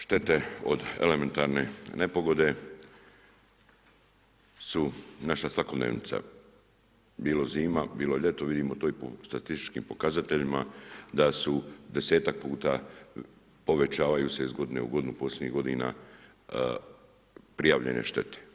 Štete od elementarne nepogode su naša svakodnevica, bilo zima, bilo ljeto, vidimo to i po statističkim pokazateljima da desetak puta povećavaju se iz godine u godinu posljednjih godina prijavljene štete.